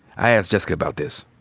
i asked jessica about this.